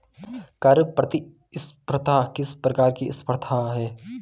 कर प्रतिस्पर्धा किस प्रकार की स्पर्धा है?